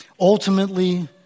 Ultimately